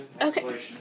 Okay